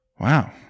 Wow